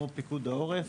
או פיקוד העורף,